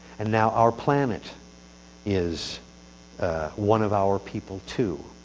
and now our planet is one of our people too.